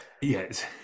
yes